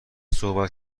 صحبت